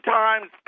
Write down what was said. times